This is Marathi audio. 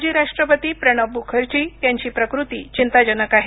माजी राष्ट्रपती प्रणब मुखर्जी यांची प्रकृती चिंताजनक आहे